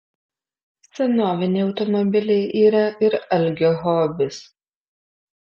senoviniai automobiliai yra ir algio hobis